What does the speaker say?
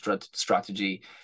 strategy